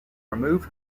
removed